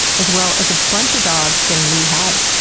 as well as a bunch of dogs getting rehabbed,